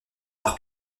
par